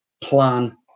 plan